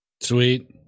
Sweet